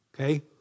okay